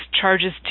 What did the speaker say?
charges